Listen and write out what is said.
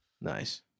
nice